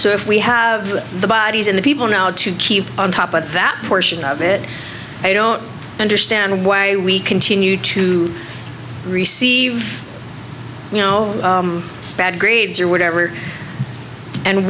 so if we have the bodies in the people now to keep on top of that portion of it i don't understand why we continue to receive you know bad grades or whatever and